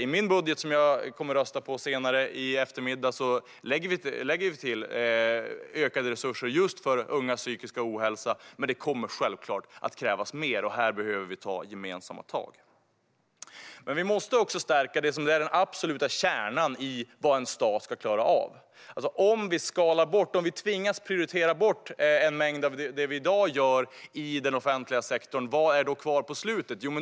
I min budget som jag kommer att rösta på senare i eftermiddag lägger vi till ökade resurser just för ungas psykiska ohälsa. Men det kommer självklart att krävas mer. Här behöver vi ta gemensamma tag. Vi måste stärka det som är den absoluta kärnan i vad en stat ska klara av. Om vi tvingas att prioritera bort en mängd av det vi i dag gör i den offentliga sektorn, vad är då kvar på slutet?